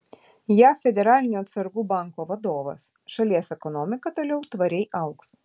jav federalinio atsargų banko vadovas šalies ekonomika toliau tvariai augs